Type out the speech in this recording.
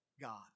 God